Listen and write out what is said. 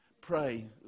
pray